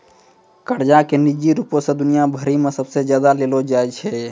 कर्जा के निजी रूपो से दुनिया भरि मे सबसे ज्यादा लेलो जाय छै